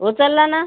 उचलला ना